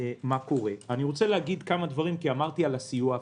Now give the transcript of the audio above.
אני רוצה להגיד כמה דברים כי דיברתי על הסיוע הפיסקלי,